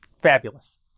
fabulous